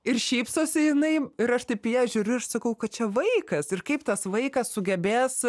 ir šypsosi jinai ir aš taip į ją žiūriu aš sakau kad čia vaikas ir kaip tas vaikas sugebės